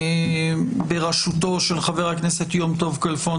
הוקמה בראשותו של חבר הכנסת יום טוב כלפון,